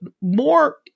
more